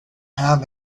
have